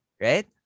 right